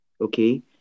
okay